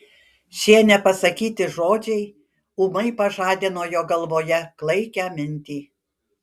šie nepasakyti žodžiai ūmai pažadino jo galvoje klaikią mintį